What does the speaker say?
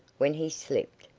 when he slipped,